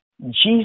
Jesus